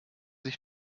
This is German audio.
sich